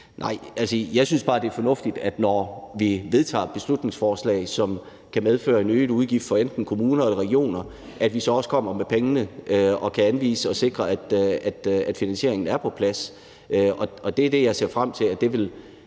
(EL): Jeg synes bare, det er fornuftigt, når vi vedtager et beslutningsforslag, som kan medføre en øget udgift for enten kommuner eller regioner, at vi så også kommer med pengene og kan anvise og sikre, at finansieringen er på plads, og jeg ser frem til, at et